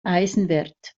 eisenwert